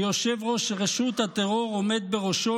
שיושב-ראש רשות הטרור עומד בראשו,